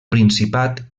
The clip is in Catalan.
principat